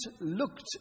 looked